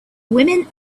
women